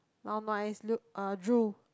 lao nua is lu~ uh drool